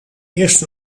eerst